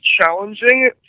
challenging